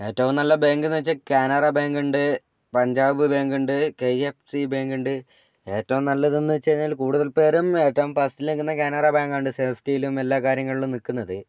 ഏറ്റവും നല്ല ബാങ്ക് എന്നു വച്ചാൽ കാനറാ ബാങ്ക് ഉണ്ട് പഞ്ചാബ് ബാങ്ക് ഉണ്ട് കെ എഫ് സി ബാങ്ക് ഉണ്ട് ഏറ്റവും നല്ലതെന്നു വച്ചു കഴിഞ്ഞാൽ കൂടുതൽ പേരും ഏറ്റവും ഫസ്റ്റിൽ നിൽക്കുന്നത് കാനറാ ബാങ്കാണ് സെയ്ഫ്റ്റിയിലും എല്ലാ കാര്യങ്ങളിലും നിൽക്കുന്നത്